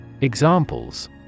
Examples